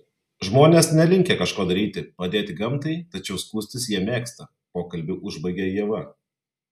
žmonės nelinkę kažko daryti padėti gamtai tačiau skųstis jie mėgsta pokalbį užbaigė ieva